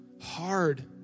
hard